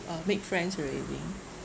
uh make friends already